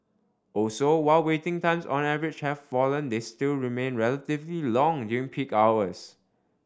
also while waiting times on average have fallen they still remain relatively long during peak hours